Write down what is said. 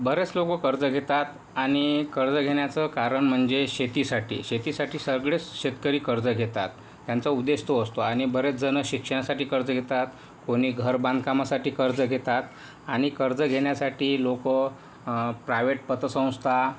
बरेस लोकं कर्ज घेतात आणि कर्ज घेण्याचं कारण म्हणजे शेतीसाठी शेतीसाठी सगळेच शेतकरी कर्ज घेतात त्यांचा उद्देश तो असतो आणि बरेच जणं शिक्षणासाठी कर्ज घेतात कोणी घर बांधकामासाठी कर्ज घेतात आणि कर्ज घेण्यासाठी लोकं प्रायवेट पतसंस्था